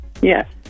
Yes